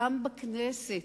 גם בכנסת,